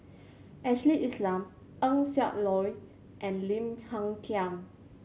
Ashley Isham Eng Siak Loy and Lim Hng Kiang